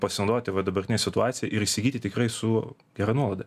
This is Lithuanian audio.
pasinaudoti vat dabartine situacija ir įsigyti tikrai su gera nuolaida